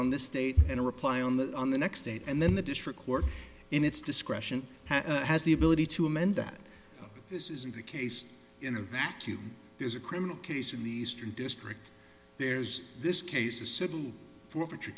on the state and a reply on that on the next date and then the district court in its discretion has the ability to amend that this isn't the case in a vacuum there's a criminal case in the eastern district there's this case a civil forfeit